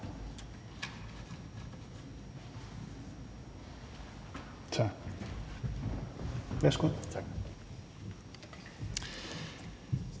Tak.